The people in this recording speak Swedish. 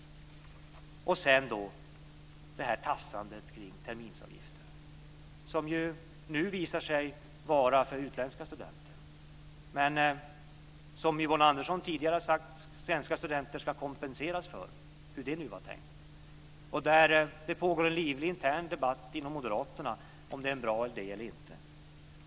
Sedan har vi det här tassandet kring terminsavgifter som nu visar sig vara för utländska studenter men som Yvonne Andersson tidigare har sagt att svenska studenter ska kompenseras för - hur det nu var tänkt. Det pågår en livlig intern debatt inom Moderaterna om huruvida det är en bra idé eller inte.